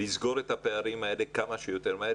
לסגור את הפערים האלה כמה שיותר מהר,